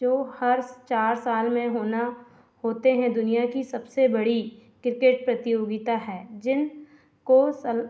जो हर चार साल में होना होते हैं दुनिया की सबसे बड़ी किर्केट प्रतियोगिता है जिन को सल